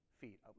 feet